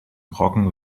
brocken